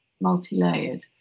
multi-layered